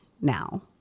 now